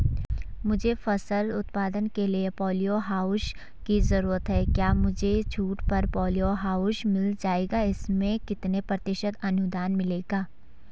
मुझे फसल उत्पादन के लिए प ॉलीहाउस की जरूरत है क्या मुझे छूट पर पॉलीहाउस मिल जाएगा इसमें कितने प्रतिशत अनुदान मिलेगा?